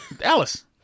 Alice